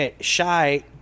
Shy